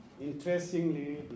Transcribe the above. interestingly